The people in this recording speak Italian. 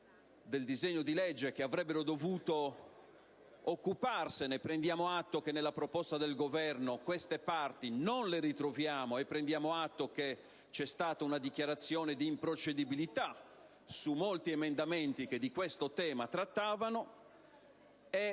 del disegno di legge che avrebbero dovuto occuparsene. Prendiamo atto che purtroppo nella proposta del Governo questi temi non li ritroviamo e che vi è stata una dichiarazione di improcedibilità su molti emendamenti che di questo tema trattavano.